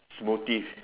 small thief